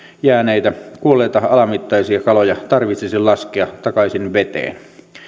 jääneitä kuolleita alamittaisia kaloja tarvitsisi laskea takaisin veteen